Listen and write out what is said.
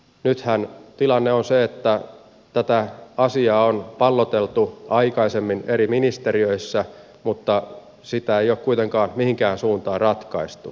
nythän tilanne on se että tätä asiaa on palloteltu aikaisemmin eri ministeriöissä mutta sitä ei ole kuitenkaan mihinkään suuntaan ratkaistu